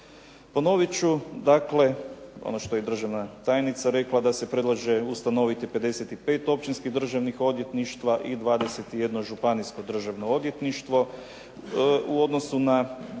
Ponovit ću dakle ono što je državna tajnica rekla da se predložiti ustanoviti 55 općinskih državnih odvjetništva i 21 županijsko državno odvjetništvo u odnosu na